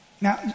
Now